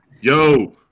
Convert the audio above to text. Yo